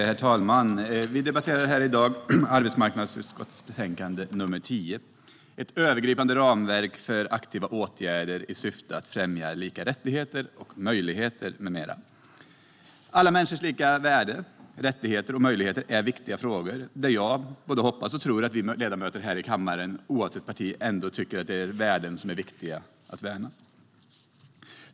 Herr talman! Vi debatterar här i dag arbetsmarknadsutskottets betänkande nr 10 Ett övergripande ramverk för aktiva åtgärder i syfte att främja lika rättigheter och möjligheter m.m. Alla människors lika värde, rättigheter och möjligheter är viktiga frågor. Jag både hoppas och tror att vi ledamöter här i kammaren oavsett parti tycker att det är värden som är viktiga att värna.